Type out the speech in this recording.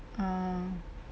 ah